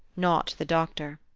not the doctor.